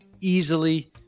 easily